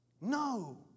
No